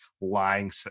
Lying